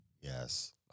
yes